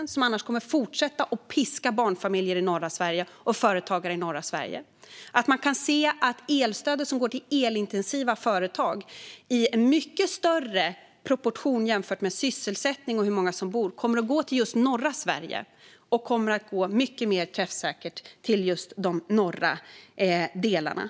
Den kommer annars att fortsätta att piska barnfamiljer och företagare i norra Sverige. Det gäller att man kan se att elstödet som går till elintensiva företag i mycket större proportion jämfört med sysselsättning och hur många som bor där kommer att gå till just till norra Sverige och kommer att gå mycket mer träffsäkert till just de norra delarna.